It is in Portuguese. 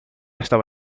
estava